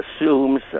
assumes